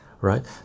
right